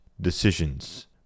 decisions